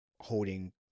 holding